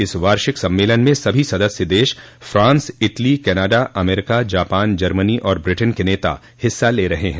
इस वार्षिक सम्मेलन में सभी सदस्य देश France Italy Canada America Japan Germany और ब्रिटेन के नेता हिस्सा ले रहे हैं